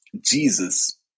Jesus